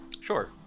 Sure